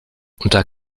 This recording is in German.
unter